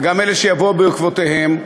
וגם אלה שיבואו בעקבותיהם,